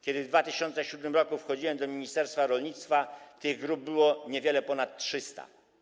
Kiedy w 2007 r. wchodziłem do ministerstwa rolnictwa, tych grup było niewiele ponad 300.